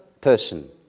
person